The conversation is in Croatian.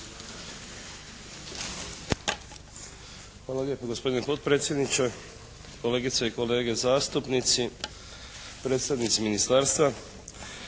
Hvala lijepa gospodine potpredsjedniče, kolegice i kolege zastupnici, predstavnici Ministarstva.